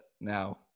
now